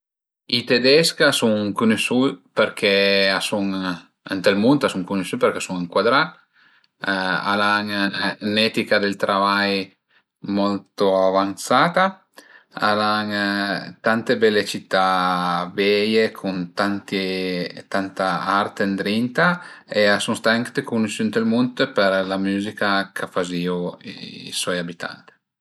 I tedesch a sun cunusü perché a sun ënt ël mund a sun cunusü perché a sun ëncuadrà, al an ün'etica dël travai molto avanzata, al an tante bele cità veie cun tanti tanta art ëndrinta e a sun stait anche cunusü ënt ël mund për la müzica ch'a fazìu i soi abitant